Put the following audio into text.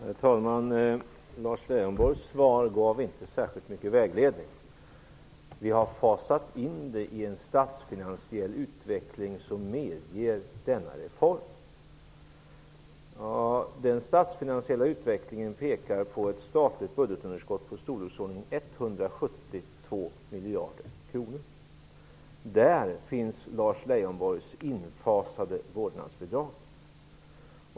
Herr talman! Lars Leijonborgs svar gav inte särskilt mycket vägledning -- att man har fasat in detta i en statsfinansiell utveckling som medger denna reform. Den statsfinansiella utvecklingen pekar på ett statligt budgetunderskott i storleksordningen 172 miljarder kronor. Där finns Lars Leijonborgs infasade vårdnadsbidrag.